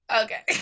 Okay